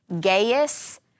Gaius